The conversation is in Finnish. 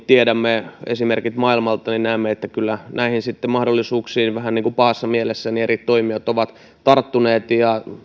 tiedämme esimerkit maailmalta näemme että kyllä näihin mahdollisuuksiin sitten vähän niin kuin pahassa mielessä eri toimijat ovat tarttuneet ja